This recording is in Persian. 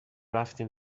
رفتیم